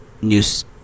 news